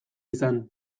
izan